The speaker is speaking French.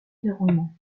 déroulement